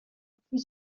plus